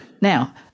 Now